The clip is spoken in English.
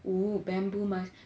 oo bamboo mice